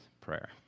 prayer